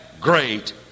great